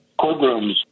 courtrooms